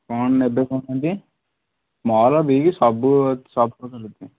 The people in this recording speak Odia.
କ'ଣ ନେବେ କହୁ ନାହାନ୍ତି ସ୍ମଲ୍ ବିଗ୍ ସବୁ ସବୁ ପ୍ରକାର ରହୁଛି